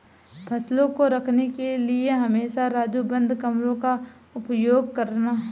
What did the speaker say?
फसलों को रखने के लिए हमेशा राजू बंद कमरों का उपयोग करना